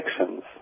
actions